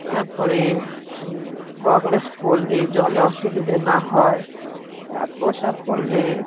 তার পরে গগলস পরলে জলে অসুবিধে না হয় পোশাক পরলে